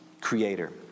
creator